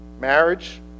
marriage